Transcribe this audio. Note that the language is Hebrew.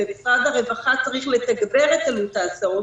ומשרד הרווחה צריך לתגבר את עלות ההסעות